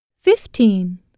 Fifteen